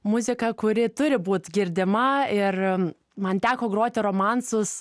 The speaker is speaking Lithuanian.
muziką kuri turi būt girdima ir man teko groti romansus